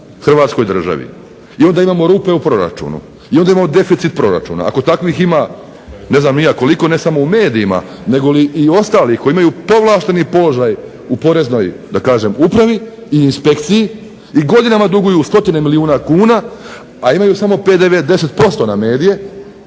Hrvatskoj državi. I onda imamo rupe u proračunu, i onda imamo deficit proračuna. Ako takvih ima ne znam ni ja koliko, ne samo u medijima negoli i ostalih koji imaju povlašteni položaj u Poreznoj upravi i inspekciji i godinama duguju stotine milijuna kuna, a imaju samo PDV 10% na medije,